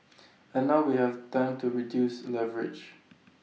and now we have time to reduce leverage